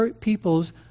people's